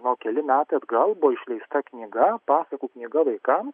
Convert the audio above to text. buvo keli metai atgal buvo išleista knyga pasakų knyga vaikams